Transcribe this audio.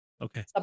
Okay